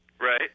Right